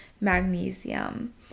magnesium